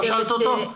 לא שאלת אותו?